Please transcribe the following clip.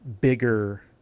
bigger